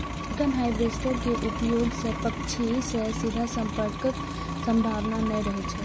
chicken harvester के उपयोग सं पक्षी सं सीधा संपर्कक संभावना नै रहै छै